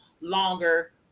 longer